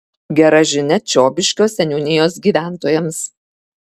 gera žinia čiobiškio seniūnijos gyventojams